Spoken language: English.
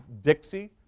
Dixie